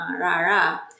Rara